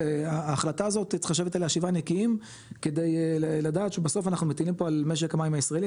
ההחלטה הזאת -- כדי לדעת שבסוף אנחנו מטילים על משק המים הישראלי,